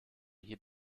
hier